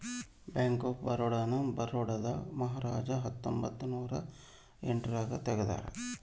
bank of Baroda ನ ಬರೋಡಾದ ಮಹಾರಾಜ ಹತ್ತೊಂಬತ್ತ ನೂರ ಎಂಟ್ ರಾಗ ತೆಗ್ದಾರ